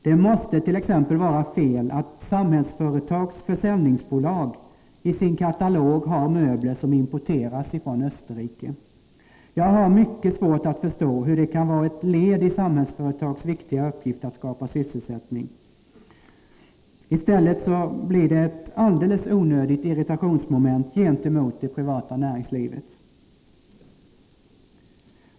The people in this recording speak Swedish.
Det måste t.ex. vara fel att Samhällsföretags försäljningsbolag i sin katalog har möbler som importeras från Österrike. Jag har mycket svårt att förstå hur det kan vara ett led i Samhällsföretags viktiga uppgift att skapa sysselsättning. I stället blir det en alldeles onödig källa till irritation inom det privata näringslivet.